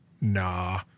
Nah